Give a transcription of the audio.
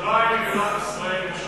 ירושלים היא בירת ישראל.